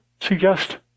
suggest